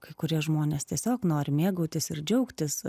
kai kurie žmonės tiesiog nori mėgautis ir džiaugtis